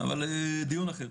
אבל דיון אחר.